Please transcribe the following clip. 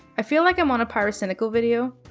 i feel like i'm on a pyrocynical video.